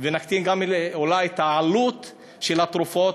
וגם נקטין אולי את העלות של התרופות